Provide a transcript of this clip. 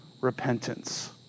repentance